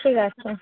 ঠিক আছে